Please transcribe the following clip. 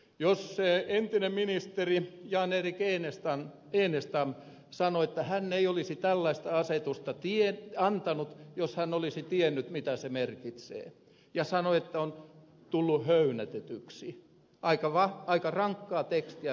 jos entinen ministeri jan erik enestam sanoo että hän ei olisi tällaista asetusta antanut jos hän olisi tiennyt mitä se merkitsee ja sanoo että on tullut höynäytetyksi se on aika rankkaa tekstiä ministeriltä